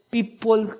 People